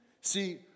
See